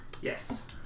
Yes